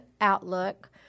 outlook